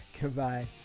goodbye